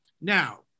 Now